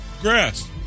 Grass